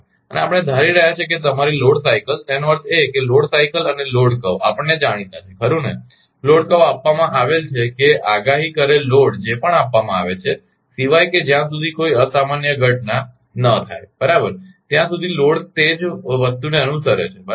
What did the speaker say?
અને આપણે ધારી રહ્યા છીએ કે તમારી લોડ સાઇકલ એનો અર્થ એ કે લોડ સાઇકલ અને લોડ કર્વ આપણને જાણીતા છે ખરુ ને લોડ કર્વ આપવામાં આવેલ છે કે આગાહી કરેલ લોડ જે પણ આપવામાં આવે છે સિવાય કે જ્યાં સુધી કોઈ અસામાન્ય ઘટના ન થાય બરાબર ત્યાં સુધી લોડ્સ તે જ વસ્તુને અનુસરે છે બરાબર